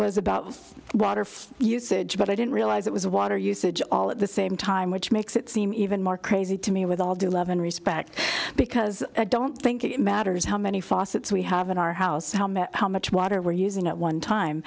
was about water flow usage but i didn't realize it was a water usage all at the same time which makes it seem even more crazy to me with all due love and respect because i don't think it matters how many faucets we have in our house how many how much water we're using at one time